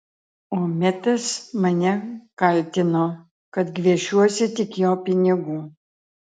o metas mane kaltino kad gviešiuosi tik jo pinigų